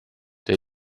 der